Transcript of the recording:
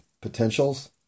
potentials